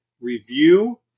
review